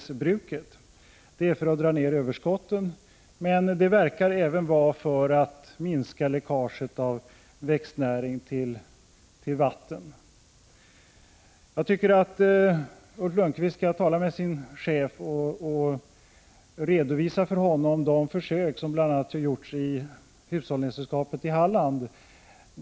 Syftet sägs vara att dra ner överskotten, men det verkar även vara för att minska läckaget av växtnäring till vatten. Jag tycker att Ulf Lönnqvist skall tala med sin chef och för honom redovisa de försök som har gjorts av bl.a. Hushållningssällskapet i Halland.